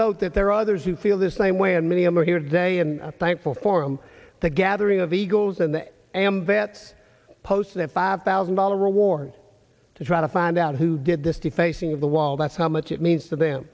note that there are others who feel the same way and many of them here today and i'm thankful for him the gathering of eagles and am that posted a five thousand dollar reward to try to find out who did this to facing the wall that's how much it means to them